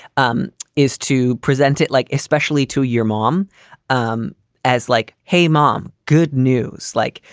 um is to present it like especially to your mom um as like, hey, mom. good news. like,